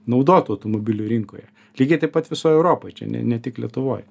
naudotų automobilių rinkoje lygiai taip pat visoj europoj čia ne ne tik lietuvoj